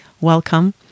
welcome